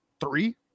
Three